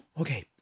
Okay